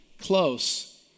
close